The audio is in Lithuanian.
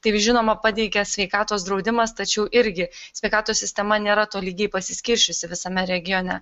taip žinoma pateikia sveikatos draudimas tačiau irgi sveikatos sistema nėra tolygiai pasiskirsčiusi visame regione